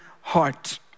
heart